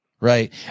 Right